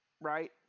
right